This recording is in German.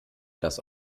dass